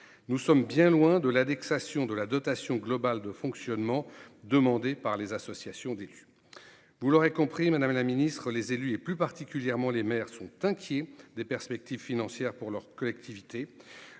nous sommes bien loin de l'indexation de la dotation globale de fonctionnement, demandée par les associations d'élus, vous l'aurez compris madame la Ministre, les élus et plus particulièrement les mères sont inquiets des perspectives financières pour leur collectivité